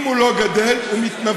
אם הוא לא גדל, הוא מתנוון.